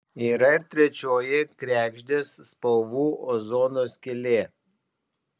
yra ir trečioji kregždės spalvų ozono skylė